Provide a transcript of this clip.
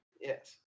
Yes